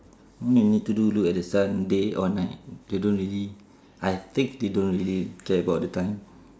all you need to do look at the sun day or night they don't really I think they don't really care about the time